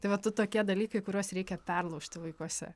tai va du tokie dalykai kuriuos reikia perlaužti vaikuose